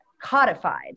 codified